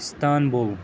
Istanbul